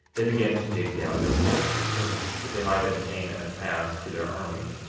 they began to dig down their banks of earth that they might obtain a pass to their armies,